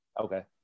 Okay